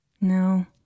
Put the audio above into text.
No